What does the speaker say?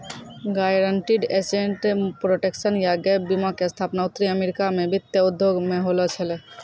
guaranteed asset protection या gap बीमा के स्थापना उत्तरी अमेरिका मे वित्तीय उद्योग मे होलो छलै